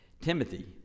Timothy